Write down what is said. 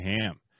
Ham